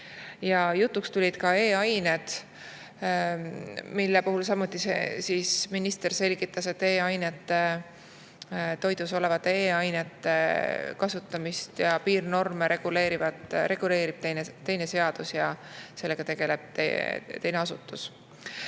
Jutuks tulid ka e-ained, mille kohta minister selgitas, et toidus olevate e-ainete kasutamist ja piirnorme reguleerib teine seadus ja sellega tegeleb teine